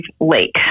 Lake